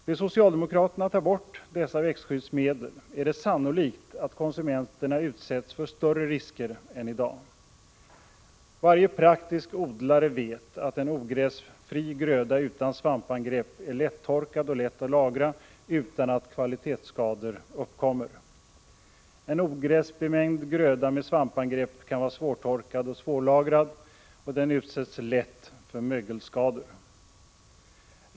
Vill socialdemokraterna ta bort dessa växtskyddsmedel är det sannolikt att konsumenterna utsätts för större risker än i dag. Varje praktisk odlare vet att en ogräsfri gröda utan svampangrepp är lättorkad och lätt att lagra utan att kvalitetsskador uppkommer. En ogräsbemängd gröda med svampangrepp kan vara svårtorkad och svårlagrad, och den utsätts lätt för mögelskador.